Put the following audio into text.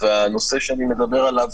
והנושא שאני מדבר עליו,